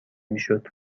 میشد